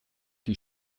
die